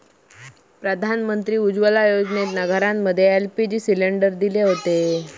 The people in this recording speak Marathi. प्रधानमंत्री उज्ज्वला योजनेतना घरांमध्ये एल.पी.जी सिलेंडर दिले हुते